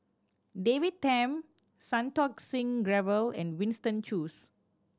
David Tham Santokh Singh Grewal and Winston Choos